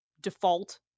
default